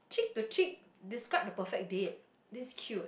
chick to chick describe the perfect date this keyword